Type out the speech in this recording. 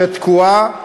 שתקועה,